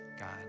God